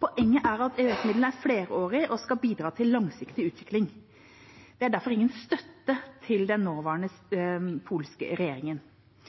Poenget er at EØS-midlene er flerårige og skal bidra til langsiktig utvikling. Det er derfor ingen støtte til den nåværende